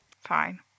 Fine